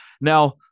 Now